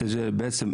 יש לי רשימה מלאה.